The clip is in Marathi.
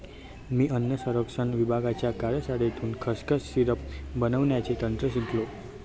मी अन्न संरक्षण विभागाच्या कार्यशाळेतून खसखस सिरप बनवण्याचे तंत्र शिकलो